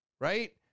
Right